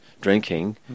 drinking